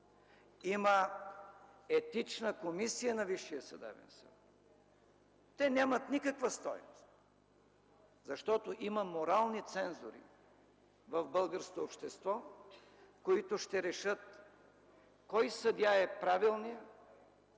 има Етична комисия на Висшия съдебен съвет. Те нямат никаква стойност, защото има морални цензури в българското общество, които ще решат кой съдия е правилният